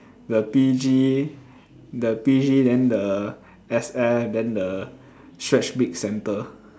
the P_G the P_G then the S_F then the stretch big center